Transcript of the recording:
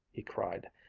he cried.